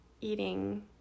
Eating